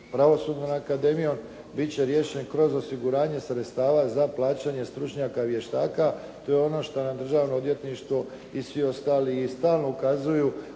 Pravosudnom akademijom biti će riješen kroz osiguranje sredstava za plaćanje stručnjaka vještaka to je ono što nam državno odvjetništvo i svi ostali stalno ukazuju